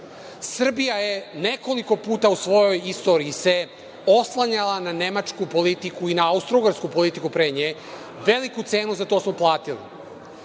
snage. Srbija se nekoliko puta u svojoj istoriji oslanjala na nemačku politiku i na austrougarsku politiku pre nje, veliku cenu za to smo platili.